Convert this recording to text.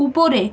উপরে